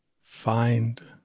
find